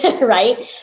Right